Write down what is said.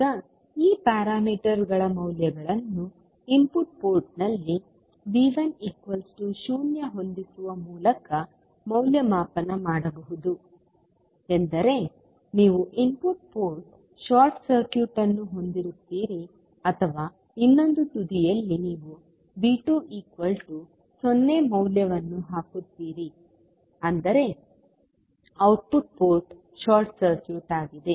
ಈಗ ಈ ಪ್ಯಾರಾಮೀಟರ್ಗಳ ಮೌಲ್ಯಗಳನ್ನು ಇನ್ಪುಟ್ ಪೋರ್ಟ್ನಲ್ಲಿ V10 ಹೊಂದಿಸುವ ಮೂಲಕ ಮೌಲ್ಯಮಾಪನ ಮಾಡಬಹುದು ಎಂದರೆ ನೀವು ಇನ್ಪುಟ್ ಪೋರ್ಟ್ ಶಾರ್ಟ್ ಸರ್ಕ್ಯೂಟ್ ಅನ್ನು ಹೊಂದಿರುತ್ತೀರಿ ಅಥವಾ ಇನ್ನೊಂದು ತುದಿಯಲ್ಲಿ ನೀವು V20 ಮೌಲ್ಯವನ್ನು ಹಾಕುತ್ತೀರಿ ಅಂದರೆ ಔಟ್ಪುಟ್ ಪೋರ್ಟ್ ಶಾರ್ಟ್ ಸರ್ಕ್ಯೂಟ್ ಆಗಿದೆ